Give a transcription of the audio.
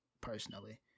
personally